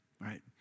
Right